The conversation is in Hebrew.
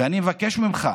ואני מבקש ממך: